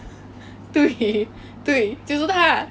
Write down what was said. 可是不知道她拉了什么根啊